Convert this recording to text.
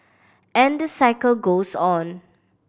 and the cycle goes on